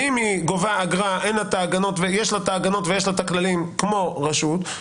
ואם היא גובה אגרה יש לה את ההגנות ויש לה את הכללים כמו רשות,